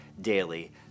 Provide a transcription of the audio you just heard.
daily